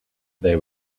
they